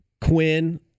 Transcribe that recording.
Quinn